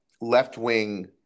left-wing